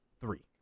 three